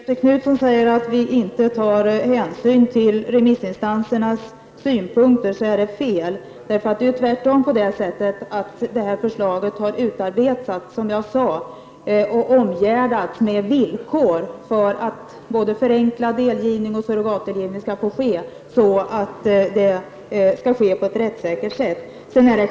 Herr talman! När Göthe Knutson säger att vi inte tar hänsyn till remissinstansernas synpunkter är det fel. Det är tvärtom på det sättet att de föreslagna reglerna, som jag sade, har omgärdats med villkor för att både förenklad delgivning och surrogatdelgivning skall kunna ske på ett rättssäkert sätt.